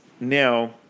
now